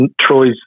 troy's